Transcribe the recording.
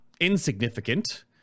insignificant